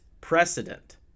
precedent